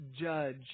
judge